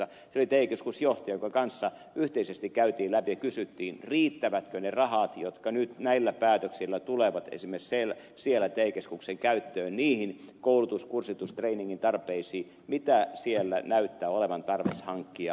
se oli te keskusjohtaja jonka kanssa yhteisesti käytiin näitä läpi ja kysyttiin riittävätkö ne rahat jotka nyt näillä päätöksillä tulevat esimerkiksi siellä te keskuksen käyttöön niihin koulutus kurssitus trainingin tarpeisiin mitä siellä näyttää olevan tarve hankkia